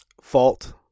fault